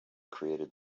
created